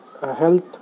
health